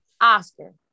Oscar